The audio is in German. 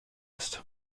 ist